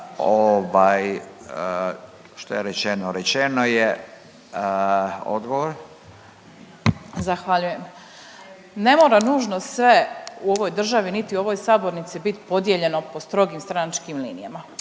Katica (Socijaldemokrati)** Zahvaljujem. Ne mora nužno sve u ovoj državi, niti u ovoj sabornici bit podijeljeno po strogim stranačkim linijama.